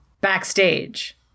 Backstage